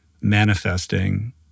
manifesting